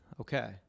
okay